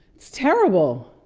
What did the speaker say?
it's terrible.